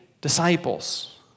disciples